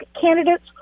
candidates